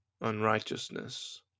unrighteousness